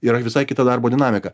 yra visai kita darbo dinamika